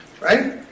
right